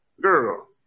girl